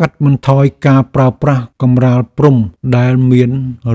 កាត់បន្ថយការប្រើប្រាស់កំរាលព្រំដែលមាន